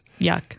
yuck